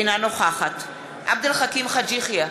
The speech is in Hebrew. אינה נוכחת עבד אל חכים חאג' יחיא,